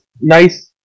nice